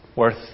worth